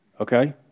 Okay